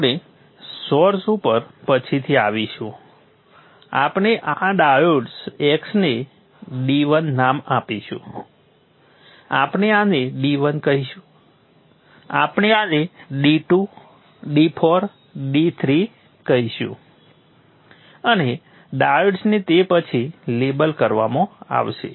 આપણે સોર્સ ઉપર પછીથી આવીશું આપણે આ ડાયોડ્સ x ને d1 નામ આપીશું આપણે આને d1 કહીશું આપણે આને d2 d4 d3 કહીશું અને ડાયોડ્સને તે પછી લેબલ કરવામાં આવશે